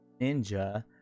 Ninja